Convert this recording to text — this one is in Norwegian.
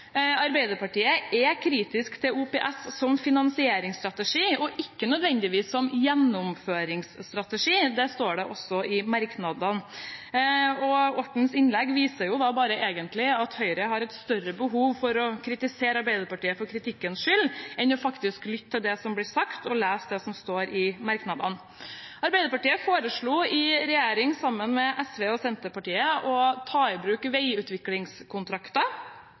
Arbeiderpartiet er kritisk til OPS som finansieringsstrategi, men ikke nødvendigvis som gjennomføringsstrategi. Det står det også i merknadene. Ortens innlegg viser egentlig bare at Høyre har et større behov for å kritisere Arbeiderpartiet for kritikkens skyld enn for faktisk å lytte til det som blir sagt, og lese det som står i merknadene. Arbeiderpartiet foreslo i regjering sammen med SV og Senterpartiet å ta i bruk veiutviklingskontrakter